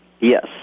Yes